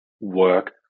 work